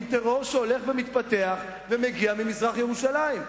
עם טרור שהולך ומתפתח ומגיע ממזרח-ירושלים.